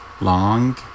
long